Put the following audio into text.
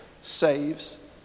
saves